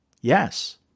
Yes